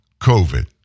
COVID